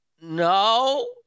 no